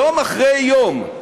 יום אחרי יום,